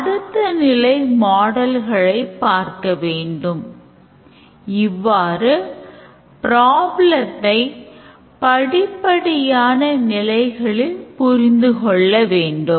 அதை நாம் கலக்காமல் user இடமிருந்து தொகையைப் பெற்று அவருக்கு ரசீது கொடுக்க வேண்டும்